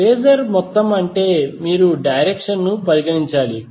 phasor మొత్తం అంటే మీరు డైరెక్షన్ ను పరిగణించాలి